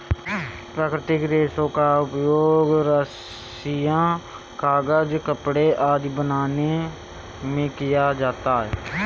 प्राकृतिक रेशों का प्रयोग रस्सियॉँ, कागज़, कपड़े आदि बनाने में किया जाता है